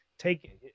Take